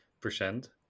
percent